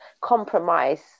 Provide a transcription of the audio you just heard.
compromise